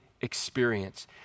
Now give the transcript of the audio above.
experience